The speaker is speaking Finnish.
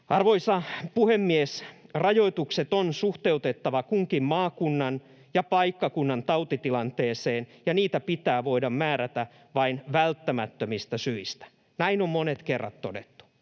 Arvoisa puhemies! Rajoitukset on suhteutettava kunkin maakunnan ja paikkakunnan tautitilanteeseen, ja niitä pitää voida määrätä vain välttämättömistä syistä. Näin on monet kerrat todettu.